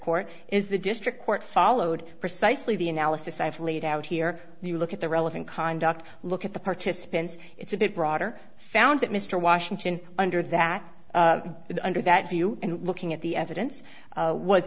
court is the district court followed precisely the analysis i've laid out here you look at the relevant conduct look at the participants it's a bit broader found that mr washington under that under that view and looking at the evidence